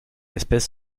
espèce